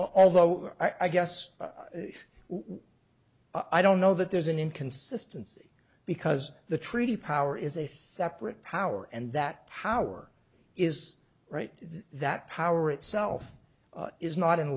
although i guess what i don't know that there's an inconsistency because the treaty power is a separate power and that power is right that power itself is not